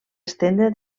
estendre